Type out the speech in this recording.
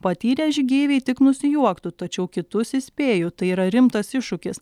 patyrę žygeiviai tik nusijuoktų tačiau kitus įspėju tai yra rimtas iššūkis